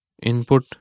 Input